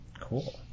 cool